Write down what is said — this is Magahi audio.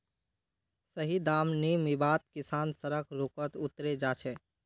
सही दाम नी मीवात किसान सड़क रोकोत उतरे जा छे